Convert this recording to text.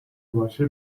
باشه